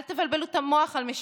אל תבלבלו את המוח על משילות,